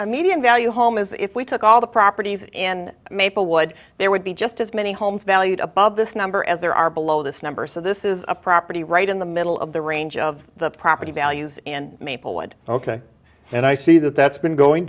median value home is if we took all the properties in maplewood there would be just as many homes valued above this number as there are below this number so this is a property right in the middle of the range of the property values and maplewood ok and i see that that's been going